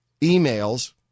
emails